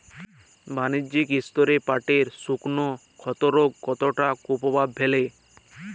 বাণিজ্যিক স্তরে পাটের শুকনো ক্ষতরোগ কতটা কুপ্রভাব ফেলে?